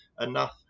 enough